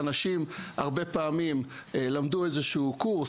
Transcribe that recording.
שאנשים הרבה פעמים למדו איזשהו קורס